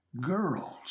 girls